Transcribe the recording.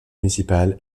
municipal